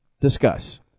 Discuss